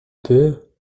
peu